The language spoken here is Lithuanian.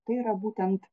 tai yra būtent